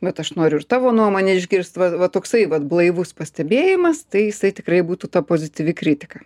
bet aš noriu ir tavo nuomonę išgirst va va toksai va blaivus pastebėjimas tai jisai tikrai būtų ta pozityvi kritika